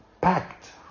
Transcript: packed